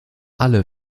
alle